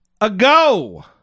ago